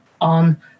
on